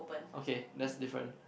okay that's different